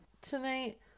tonight